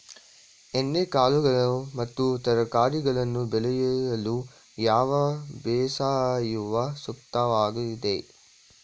ಎಣ್ಣೆಕಾಳುಗಳು ಮತ್ತು ತರಕಾರಿಗಳನ್ನು ಬೆಳೆಯಲು ಯಾವ ಬೇಸಾಯವು ಸೂಕ್ತವಾಗಿದೆ?